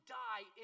die